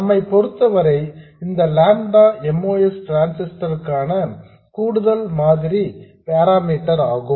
நம்மை பொறுத்தவரை இந்த லாம்டா MOS டிரான்சிஸ்டர் க்கான கூடுதல் மாதிரி பேராமீட்டர் ஆகும்